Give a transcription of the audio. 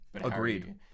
agreed